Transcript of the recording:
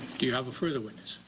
do you have a further witness?